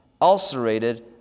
ulcerated